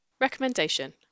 Recommendation